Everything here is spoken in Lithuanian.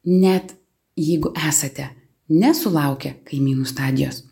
net jeigu esate nesulaukę kaimynų stadijos